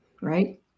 Right